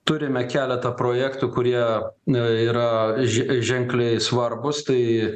turime keletą projektų kurie yra ž ženkliai svarbūs tai